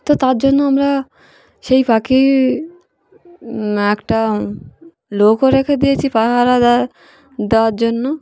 তো তার জন্য আমরা সেই পাখি একটা লোকও রেখে দিয়েছি পাহারা দেওয়ার জন্য